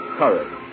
courage